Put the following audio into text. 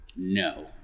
no